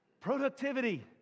Productivity